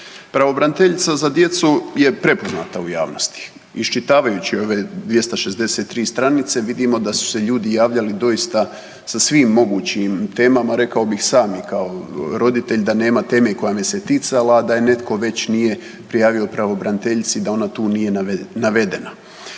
Pravobraniteljica za djecu je prepoznata u javnosti. Iščitavajući ove 263 stanice vidimo da su se ljudi javljali doista sa svim mogućim temama rekao bih sami kao roditelji, da nema teme koja me ticala, a da je netko već nije prijavo pravobraniteljici, da ona tu nije navedena.